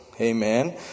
amen